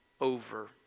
over